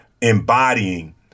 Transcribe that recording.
embodying